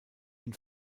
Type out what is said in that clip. ihn